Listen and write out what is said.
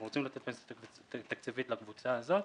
אנחנו רוצים לתת פנסיה תקציבית לקבוצה הזאת,